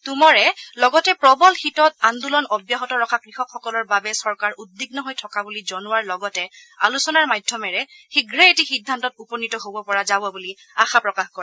টোমৰে লগতে প্ৰবল শীতত আন্দোলন অব্যাহত ৰখা কৃষকসকলৰ বাবে চৰকাৰ উদ্বিগ্ন হৈ থকা বুলি জনোৱাৰ লগতে আলোচনাৰ মাধ্যমেৰে শীমে্ৰই এটি সিদ্ধান্তত উপনীত হব পৰা যাব বুলি আশা প্ৰকাশ কৰে